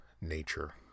nature